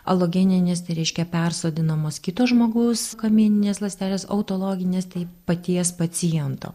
alogeninės tai reiškia persodinamos kito žmogaus kamieninės ląstelės autologinės tai paties paciento